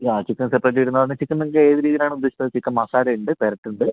ആ chicken separate വരുന്നതാണ് ചിക്കൻന്ന് വെച്ചാൽ ഏതുരീതിലാണ് ഉദ്ദേശിച്ചത് ചിക്കൻ മസാലയുണ്ട് പെരട്ടുണ്ട്